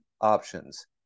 options